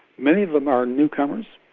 many of them are newcomers,